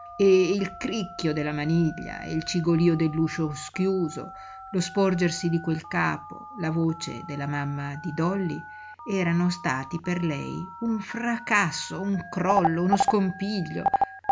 e il cricchio della maniglia il cigolío dell'uscio schiuso lo sporgersi di quel capo la voce della mamma di dolly erano stati per lei un fracasso un crollo uno scompiglio